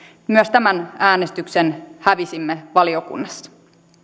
myös tämän äänestyksen hävisimme valiokunnassa